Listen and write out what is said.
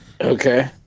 Okay